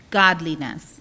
godliness